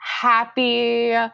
happy